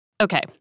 Okay